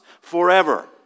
forever